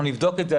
אנחנו נבדוק את זה,